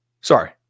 Sorry